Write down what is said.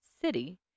city